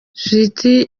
sweety